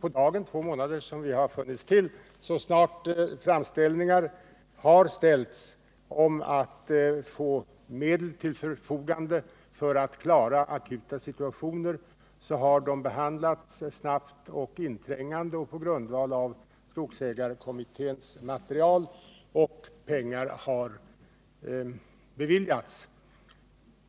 på dagen två månader som denna regering har funnits till — så snart framställningar har kommit till regeringen med begäran om medel till förfogande för att kunna klara akuta krissituationer, har dessa ansökningar behandlats snabbt och inträngande och på grundval av skogsägarkommitténs material, och pengar har därefter beviljats.